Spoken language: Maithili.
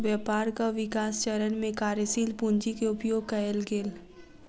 व्यापारक विकास चरण में कार्यशील पूंजी के उपयोग कएल गेल